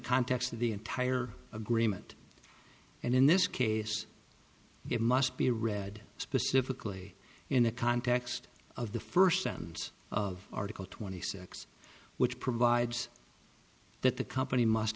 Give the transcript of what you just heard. context of the entire agreement and in this case it must be read specifically in the context of the first sentence of article twenty six which provides that the company must